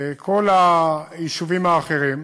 כל היישובים האחרים.